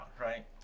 right